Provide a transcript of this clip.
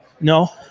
No